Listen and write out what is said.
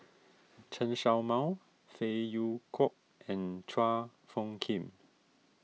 Chen Show Mao Phey Yew Kok and Chua Phung Kim